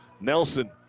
Nelson